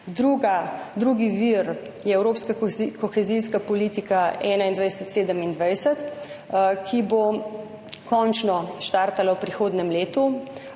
Drugi vir je evropska kohezijska politika 2021–2027, ki bo končno štartala v prihodnjem letu,